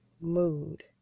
mood